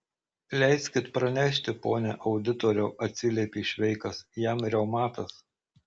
leiskit pranešti pone auditoriau atsiliepė šveikas jam reumatas